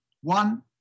One